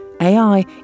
AI